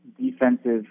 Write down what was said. defensive